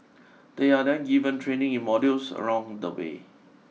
they are then given training in modules along the way